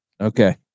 Okay